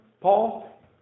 Paul